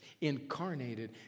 incarnated